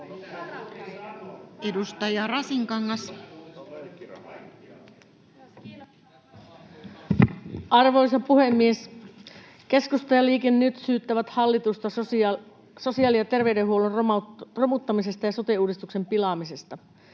Edustaja Rasinkangas. Arvoisa puhemies! Keskusta ja Liike Nyt syyttävät hallitusta sosiaali‑ ja terveydenhuollon romuttamisesta ja sote-uudistuksen pilaamisesta.